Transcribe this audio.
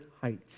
height